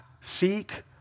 seek